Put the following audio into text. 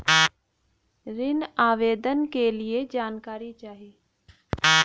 ऋण आवेदन के लिए जानकारी चाही?